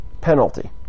penalty